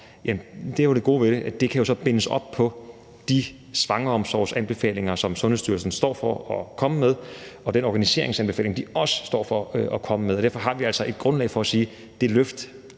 det er jo det gode ved det – kan bindes op på de svangreomsorgsanbefalinger, som Sundhedsstyrelsen står for at komme med, og den organiseringsanbefaling, de også står for at komme med. Og derfor har vi altså et grundlag for at sige, at det løft,